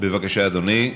בבקשה, אדוני.